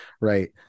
Right